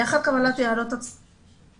לאחר קבלת הערות הציבור,